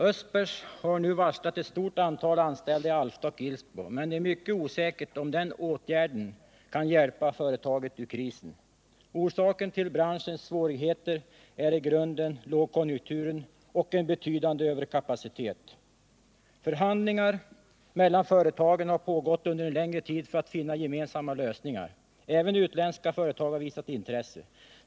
Östbergs har nu varslat ett stort antal anställda i Alfta och Ilsbo, men det är mycket osäkert om den åtgärden kan hjälpa företaget ur krisen. Orsaken till branschens svårigheter är i grunden lågkonjunkturen och en betydande överkapacitet. Förhandlingar mellan företagen har pågått under en längre tid för att finna gemensamma lösningar. Även utländska företag har visat intresse.